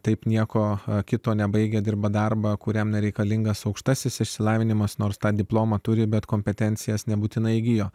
taip nieko kito nebaigę dirba darbą kuriam nereikalingas aukštasis išsilavinimas nors tą diplomą turi bet kompetencijas nebūtinai įgijo